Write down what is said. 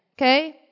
Okay